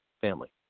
family